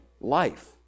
life